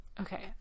okay